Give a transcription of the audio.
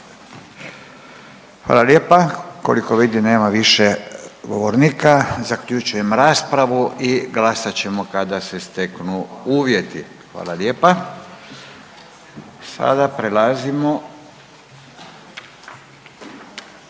Hvala lijepa. Koliko vidim nema više govornika, zaključujem raspravu i glasat ćemo kada se steknu uvjeti, hvala lijepa. **Jandroković,